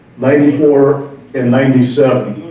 ninety four and ninety seven,